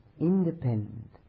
independent